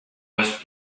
was